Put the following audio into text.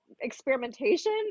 experimentation